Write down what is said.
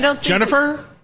Jennifer